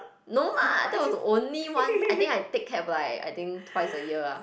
no lah that was the only one I think I take cab like I think twice a year ah